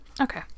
Okay